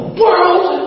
world